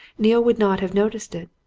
neale would not have noticed it.